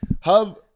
hub